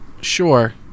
Sure